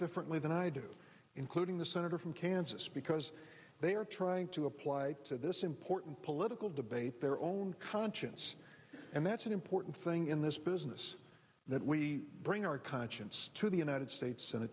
differently than i do including the senator from kansas because they are trying to apply to this important political debate their own conscience and that's an important thing in this business that we bring our conscience to the united states